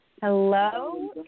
Hello